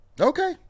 Okay